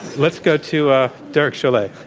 let's go to ah derek chollet.